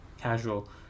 casual